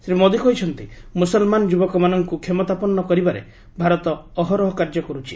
ଶ୍ରୀ ମୋଦି କହିଛନ୍ତି ମୁସଲମାନ ଯୁବକମାନଙ୍କୁ କ୍ଷମତାପନ୍ନ କରିବାରେ ଭାରତ ଅହରହ କାର୍ଯ୍ୟ କରୁଛି